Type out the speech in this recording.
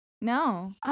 No